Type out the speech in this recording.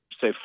say